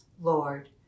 Lord